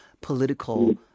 political